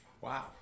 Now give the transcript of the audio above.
Wow